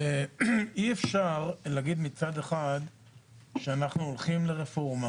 אי אפשר להגיד מצד אחד שאנחנו הולכים לרפורמה